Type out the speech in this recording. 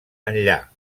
enllà